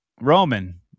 Roman